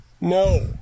No